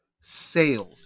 sales